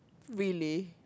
really